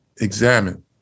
examine